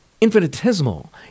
infinitesimal